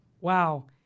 Wow